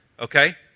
Okay